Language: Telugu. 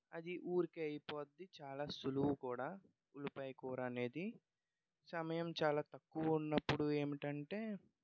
అది ఊరికే అయిపోద్ది చాలా సులువు కూడా ఉల్లిపాయ కూర అనేది సమయం చాలా తక్కువ ఉన్నప్పుడు ఏమిటి అంటే